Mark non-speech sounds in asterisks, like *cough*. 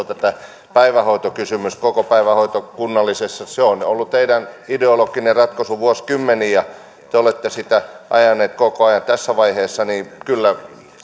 *unintelligible* tätä päivähoitokysymystä kokopäivähoitoa kunnallisessa se on ollut teidän ideologinen ratkaisunne vuosikymmeniä ja te olette sitä ajaneet koko ajan tässä vaiheessa kyllä